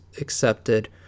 accepted